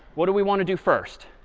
what do we want to do first?